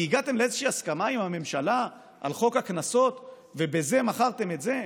כי הגעתם לאיזושהי הסכמה עם הממשלה על חוק הקנסות ובזה מכרתם את זה?